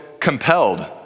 compelled